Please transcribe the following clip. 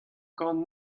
gant